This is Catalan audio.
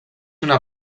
una